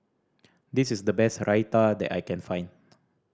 this is the best Raita that I can find